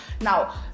now